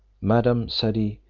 madam, said he,